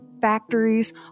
factories